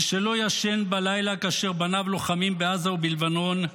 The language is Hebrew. ושלא ישן בלילה כאשר בניו לוחמים בעזה ובלבנון,